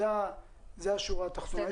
זו השורה התחתונה.